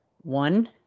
one